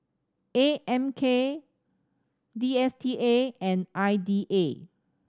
A M K D S T A and I D A